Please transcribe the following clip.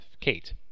Kate